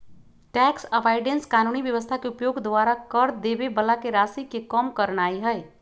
tax avoidance कानूनी व्यवस्था के उपयोग द्वारा कर देबे बला के राशि के कम करनाइ हइ